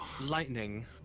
lightning